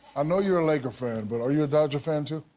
i know you're a laker fan, but are you a dodger fan too?